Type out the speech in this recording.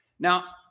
Now